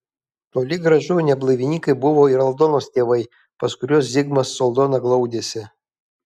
toli gražu ne blaivininkai buvo ir aldonos tėvai pas kuriuos zigmas su aldona glaudėsi